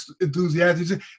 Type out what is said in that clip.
enthusiastic